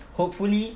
hopefully